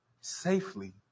safely